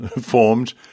formed